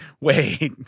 Wait